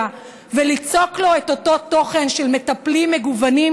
וליצוק בו את אותו תוכן של מטפלים מגוונים,